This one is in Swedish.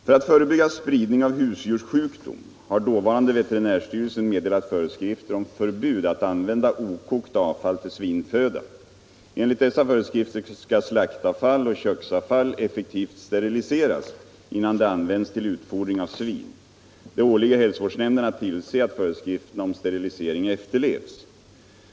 För att förebygga spridning av husdjurssjukdom har dåvarande veterinärstyrelsen meddelat föreskrifter om förbud att använda okokt avfall till svinföda. Enligt dessa föreskrifter skall slaktavfall och köksavfall effektivt steriliseras, innan det används till utfodring av svin. Det åligger hälsovårdsnämnderna att tillse att föreskrifterna om sterilisering efterlevs.